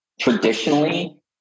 traditionally